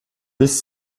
bis